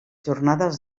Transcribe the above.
jornades